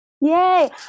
Yay